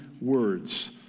words